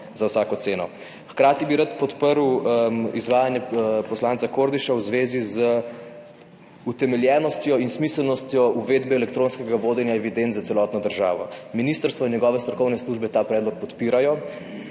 za vsako ceno. Hkrati bi rad podprl izvajanje poslanca Kordiša v zvezi z utemeljenostjo in smiselnostjo uvedbe elektronskega vodenja evidenc za celotno državo. Ministrstvo in njegove strokovne službe ta predlog podpirajo,